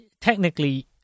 technically